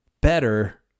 better